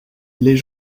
les